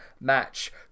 match